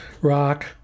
rock